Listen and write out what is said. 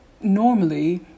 normally